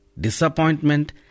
disappointment